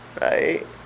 right